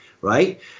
Right